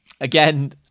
Again